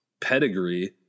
pedigree